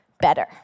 Better